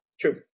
true